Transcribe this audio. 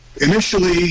Initially